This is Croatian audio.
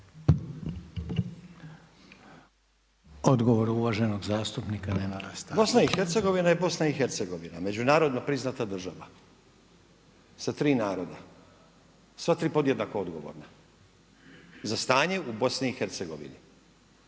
Nenada Stazića. **Stazić, Nenad (SDP)** Bosna i Hercegovina je Bosna i Hercegovina, međunarodno priznata država. Sa tri naroda, sva tri podjednako odgovorna. Za stanje u Bosni i Hercegovini